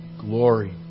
glory